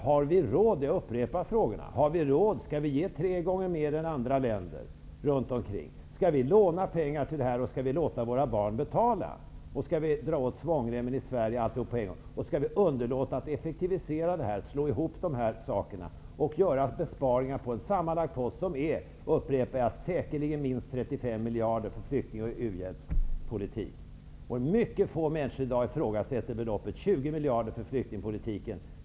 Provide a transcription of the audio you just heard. Jag upprepar mina frågor: Har vi råd att ge tre gånger så mycket som andra länder? Skall vi låna pengar till biståndet och låta våra barn betala? Skall vi dra åt svångremmen i Sverige? Skall vi underlåta att effektivisera biståndet genom att slå ihop det med flyktingpolitiken för att därigenom göra besparingar på säkerligen minst 35 miljarder sammanlagt? Det är mycket få människor som i dag ifrågasätter beloppet 20 miljarder för flyktingpolitiken.